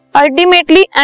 ultimately